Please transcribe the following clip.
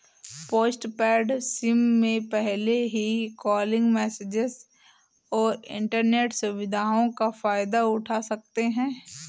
postpaid SIM में पहले ही कॉलिंग, मैसेजस और इन्टरनेट सुविधाओं का फायदा उठा सकते हैं